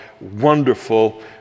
wonderful